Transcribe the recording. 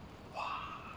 !wah!